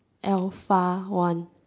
alpha one